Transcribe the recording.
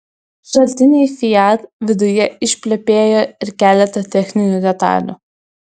šaltiniai fiat viduje išplepėjo ir keletą techninių detalių